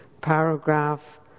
paragraph